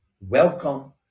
Welcome